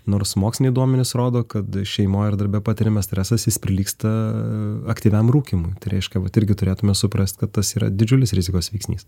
nors moksliniai duomenys rodo kad šeimoj ar darbe patiriamas stresas jis prilygsta aktyviam rūkymui tai reiškia vat irgi turėtume suprast kad tas yra didžiulis rizikos veiksnys